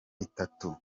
itatu